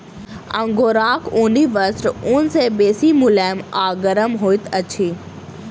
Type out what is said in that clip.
अंगोराक ऊनी वस्त्र ऊन सॅ बेसी मुलैम आ गरम होइत अछि